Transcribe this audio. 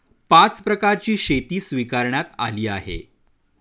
पाच प्रकारची शेती स्वीकारण्यात आली आहे